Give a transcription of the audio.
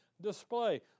display